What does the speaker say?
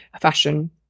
fashion